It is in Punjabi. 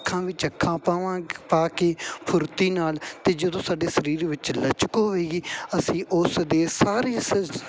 ਅੱਖਾਂ ਵਿੱਚ ਅੱਖਾਂ ਪਾਵਾਂ ਪਾ ਕੇ ਫੁਰਤੀ ਨਾਲ ਅਤੇ ਜਦੋਂ ਸਾਡੇ ਸਰੀਰ ਵਿੱਚ ਲਚਕ ਹੋਵੇਗੀ ਅਸੀਂ ਉਸ ਦੇ ਸਾਰੇ